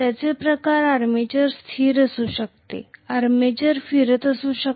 त्याच प्रकारे आर्मेचर स्थिर असू शकते आर्मेचर फिरत असू शकते